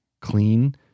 clean